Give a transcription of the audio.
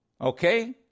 Okay